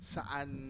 Saan